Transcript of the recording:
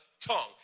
tongue